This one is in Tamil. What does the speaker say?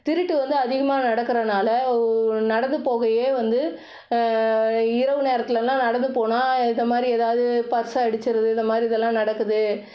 திருட்டு வந்து அதிகமாக நடக்கிறனால ஓ நடந்து போகவே வந்து இரவு நேரத்துலெல்லாம் நடந்து போனால் இது மாதிரி எதாவது பர்ஸை அடிச்சுர்றது இது மாதிரி இதெல்லாம் நடக்குது